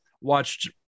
watched